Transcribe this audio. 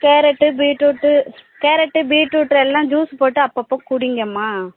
carrot beetroot carrot beetroot எல்லாம் juice போட்டு அப்போ அப்போ குடிங்கம்மா